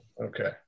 Okay